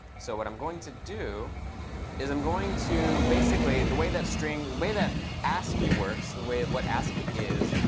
so what i'm going to do is i'm going to basically, the way that string, the way that ascii works, the way of what ascii is,